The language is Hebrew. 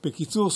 בקיצור,